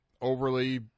overly